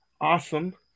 awesome